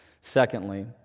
Secondly